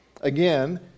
again